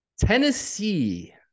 Tennessee